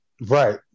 Right